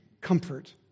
comfort